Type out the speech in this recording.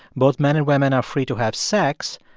both men and women are free to have sex,